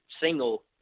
single